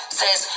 says